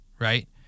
right